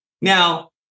Now